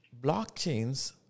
blockchains